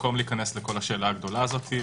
במקום להיכנס לשאלה הגדולה הזאת.